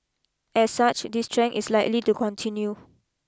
as such this trend is likely to continue